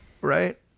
right